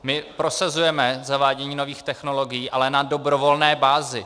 My prosazujeme zavádění nových technologií, ale na dobrovolné bázi.